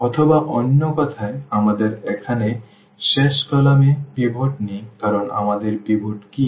অথবা অন্য কথায় আমাদের এখানে শেষ কলাম এ পিভট নেই কারণ আমাদের পিভট কী